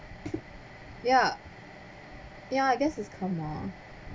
ya ya I guess it's karma